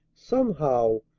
somehow,